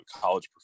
college